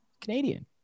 Canadian